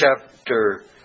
chapter